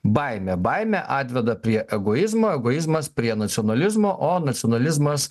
baimė baimė atveda prie egoizmo egoizmas prie nacionalizmo o nacionalizmas